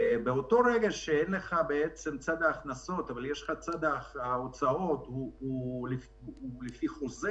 ובאותו רגע שאין לך הכנסות בעוד שהצד של ההוצאות מחויב בחוזה,